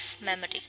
memory